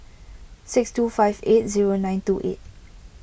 six two five eight zero nine two eight